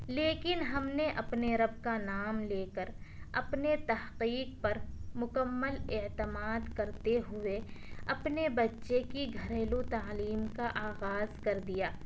لیکن ہم نے اپنے رب کا نام لے کر اپنے تحقیق پر مکمل اعتماد کرتے ہوئے اپنے بچے کی گھریلو تعلیم کا آغاز کردیا